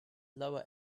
lower